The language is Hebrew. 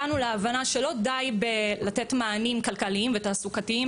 הגענו להבנה שלא די בלתת מענים כלכליים ותעסוקתיים